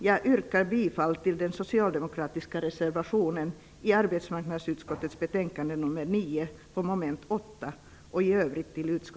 Jag yrkar bifall till den socialdemokratiska reservationen till arbetsmarknadsutskottets betänkande nr 9